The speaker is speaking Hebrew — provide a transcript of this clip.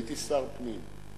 הייתי שר פנים,